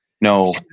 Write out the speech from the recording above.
No